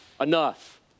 enough